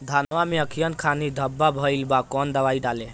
धनवा मै अखियन के खानि धबा भयीलबा कौन दवाई डाले?